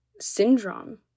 syndrome